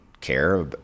care